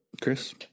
Chris